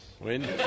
Win